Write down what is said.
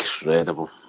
Incredible